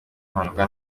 mpanuka